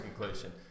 conclusion